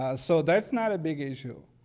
so, that's not a big issue.